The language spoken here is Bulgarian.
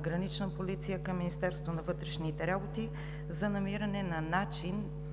„Гранична полиция“ към Министерството на вътрешните работи, за намиране на начин